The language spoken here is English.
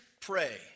pray